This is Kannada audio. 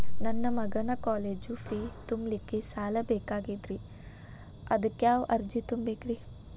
ನನ್ನ ಮಗನ ಕಾಲೇಜು ಫೇ ತುಂಬಲಿಕ್ಕೆ ಸಾಲ ಬೇಕಾಗೆದ್ರಿ ಅದಕ್ಯಾವ ಅರ್ಜಿ ತುಂಬೇಕ್ರಿ?